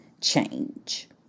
change